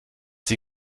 sie